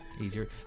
easier